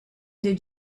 did